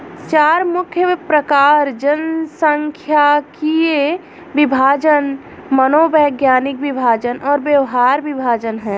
चार मुख्य प्रकार जनसांख्यिकीय विभाजन, मनोवैज्ञानिक विभाजन और व्यवहार विभाजन हैं